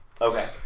Okay